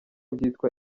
byitwa